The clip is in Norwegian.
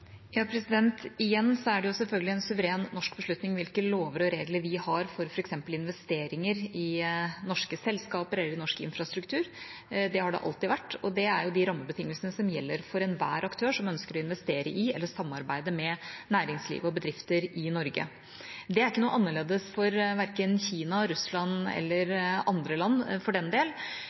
Igjen er det selvfølgelig en suveren, norsk beslutning hvilke lover og regler vi har for f.eks. investeringer i norske selskaper eller norsk infrastruktur. Det har det alltid vært, og det er de rammebetingelsene som gjelder for enhver aktør som ønsker å investere i eller samarbeide med næringsliv og bedrifter i Norge. Det er ikke noe annerledes for verken Kina, Russland eller andre land, for den del,